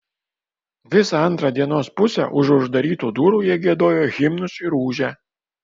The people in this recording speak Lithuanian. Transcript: visą antrą dienos pusę užu uždarytų durų jie giedojo himnus ir ūžė